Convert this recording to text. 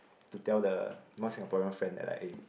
to tell the non Singapore friend that like eh